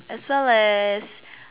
as well as